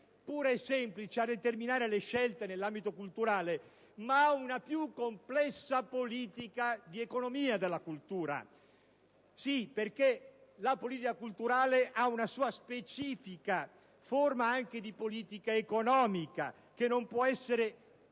pura e semplice a determinare le scelte nell'ambito culturale, ma una più complessa politica di economia della cultura, perché la politica culturale ha una sua specifica forma anche di politica economica, che non può essere